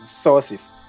sources